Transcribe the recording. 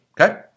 Okay